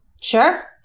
Sure